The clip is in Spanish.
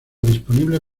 disponible